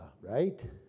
right